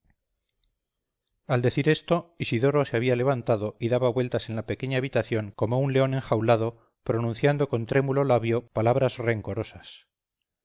al decir esto isidoro se había levantado y daba vueltas en la pequeña habitación como un león enjaulado pronunciando con trémulo labio palabras rencorosas